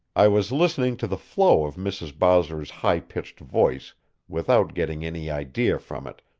i was listening to the flow of mrs. bowser's high-pitched voice without getting any idea from it,